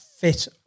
fit